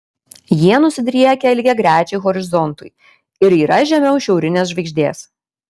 jie nusidriekę lygiagrečiai horizontui ir yra žemiau šiaurinės žvaigždės